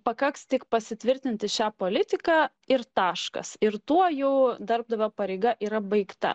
pakaks tik pasitvirtinti šią politiką ir taškas ir tuo jau darbdavio pareiga yra baigta